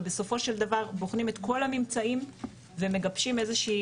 ובסופו של דבר בוחנים את כל הממצאים ומגבשים איזה שהיא